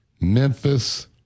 Memphis